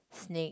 snake